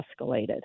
escalated